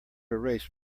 erase